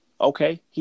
Okay